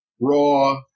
Raw